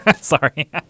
Sorry